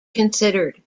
considered